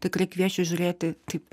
tikrai kviesčiau žiūrėti taip